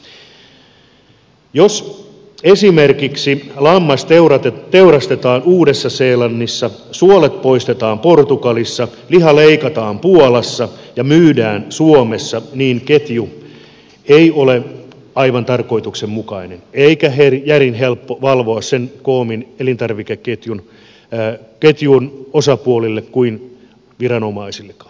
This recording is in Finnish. jos esimerkiksi lammas teurastetaan uudessa seelannissa suolet poistetaan portugalissa liha leikataan puolassa ja myydään suomessa niin ketju ei ole aivan tarkoituksenmukainen eikä järin helppo valvoa sen koommin elintarvikeketjun osapuolille kuin viranomaisillekaan